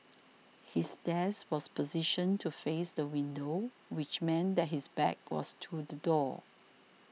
his desk was positioned to face the window which meant that his back was to the door